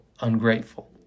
ungrateful